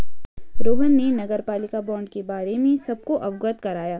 रोहन ने नगरपालिका बॉण्ड के बारे में सबको अवगत कराया